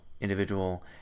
individual